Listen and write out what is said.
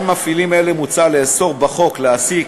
על מפעילים אלה מוצע לאסור בחוק להעסיק